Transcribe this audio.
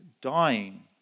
Dying